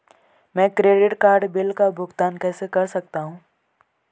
मैं credit card bill का भुगतान कैसे कर सकता हूं?